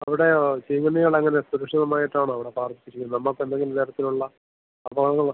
അവിടെ ആ ചീങ്കണ്ണികൾ എങ്ങനെ സുരക്ഷിതമായിട്ടാണോ അവിടെ പാർപ്പിച്ചിരിക്കുന്നത് നമുക്ക് എന്തെങ്കിലും തരത്തിലുള്ള അപകടങ്ങൾ